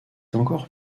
encore